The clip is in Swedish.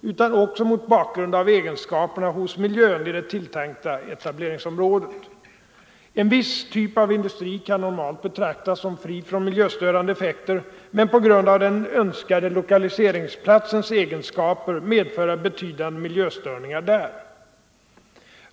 utan också mot bakgrund av egenskaperna hos miljön i det tilltänkta etableringsområdet. En viss typ av industri kan normalt betraktas som fri från miljöstörande effekter men på grund av den önskade lokaliseringsplatsens egenskaper medföra betydande miljöstörningar där.